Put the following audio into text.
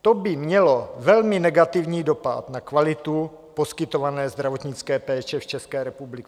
To by mělo velmi negativní dopad na kvalitu poskytované zdravotnické péče v České republice.